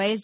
YS